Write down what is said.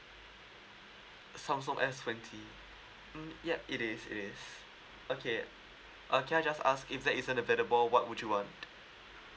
Samsung S twenty um yup it is it is okay uh can I just ask if that is unavailable what would you want